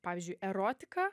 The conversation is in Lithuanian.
pavyzdžiui erotika